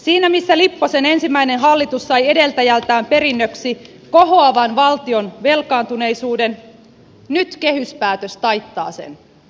siinä missä lipposen ensimmäinen hallitus sai edeltäjältään perinnöksi kohoavan valtion velkaantuneisuuden nyt kehyspäätös taittaa sen